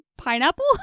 Pineapple